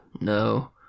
no